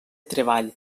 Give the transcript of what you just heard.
treball